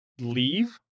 leave